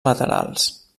laterals